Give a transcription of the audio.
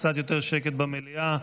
קצת יותר שקט במליאה.